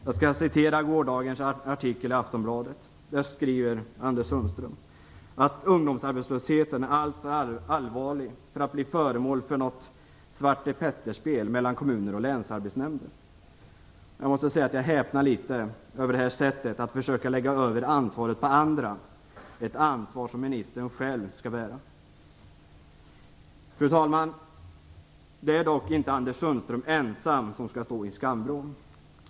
Jag skall citera en artikel i Aftonbladet i går. Där skriver Anders Sundström: "Ungdomsarbetslösheten är alltför allvarlig för att bli föremål för något Svarte Petter-spel mellan kommuner och länsarbetsnämnder." Jag måste säga att jag häpnar litet över det här sättet att försöka lägga över ansvaret på andra, ett ansvar som ministern själv skall bära. Fru talman! Det är dock inte Anders Sundström ensam som skall stå i skamvrån.